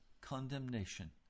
condemnation